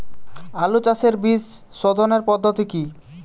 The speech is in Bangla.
আলু চাষের বীজ সোধনের পদ্ধতি কি?